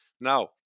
Now